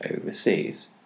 overseas